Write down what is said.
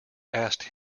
asked